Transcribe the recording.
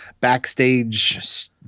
backstage